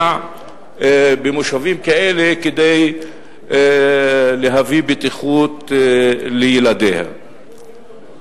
במושבים כאלה כדי להביא לבטיחות ילדיה.